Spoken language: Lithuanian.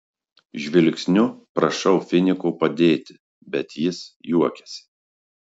žvilgsniu prašau finiko padėti bet jis juokiasi